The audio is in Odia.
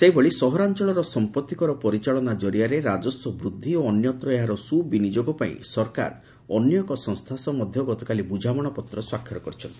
ସେହିଭଳି ସହରାଞଳର ସମ୍ମତିକର ପରିଚାଳନା ଜରିଆରେ ରାଜସ୍ୱ ବୃଦ୍ଧି ଓ ଅନ୍ୟତ୍ର ଏହାର ସୁବିନିଯୋଗ ପାଇଁ ସରକାର ଅନ୍ୟ ଏକ ସଂସ୍ତା ସହ ମଧ୍ଧ ଗତକାଲି ବୁଝାମଣାପତ୍ର ସ୍ୱାକ୍ଷର କରିଛନ୍ତି